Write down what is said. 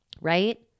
right